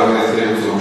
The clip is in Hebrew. חבר הכנסת הרצוג,